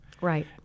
Right